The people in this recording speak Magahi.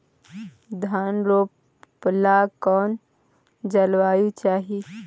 धान रोप ला कौन जलवायु चाही?